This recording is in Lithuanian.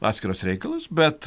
atskiras reikalas bet